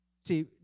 See